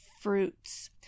fruits